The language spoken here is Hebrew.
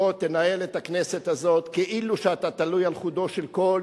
בוא תנהל את הכנסת הזאת כאילו אתה תלוי על חודו של קול,